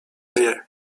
wie